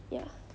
ya